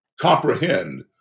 comprehend